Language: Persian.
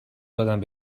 داد